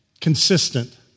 consistent